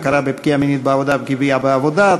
הכרה בפגיעה מינית בעבודה כפגיעה בעבודה),